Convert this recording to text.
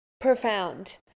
profound